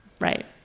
right